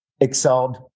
excelled